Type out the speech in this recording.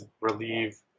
relieve